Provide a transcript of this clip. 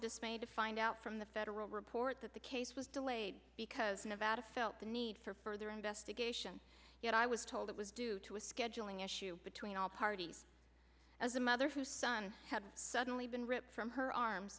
dismayed to find out from the federal report that the case was delayed because nevada felt the need for further investigation yet i was told it was due to a scheduling issue between all parties as a mother whose son had suddenly been ripped from her arm